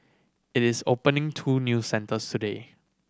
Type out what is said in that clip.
it is opening two new centres today